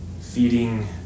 feeding